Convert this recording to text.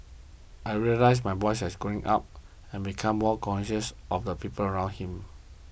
I realised my boy has growing up and becoming more conscious of the people around him